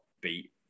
beat